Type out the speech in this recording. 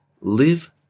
live